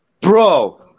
bro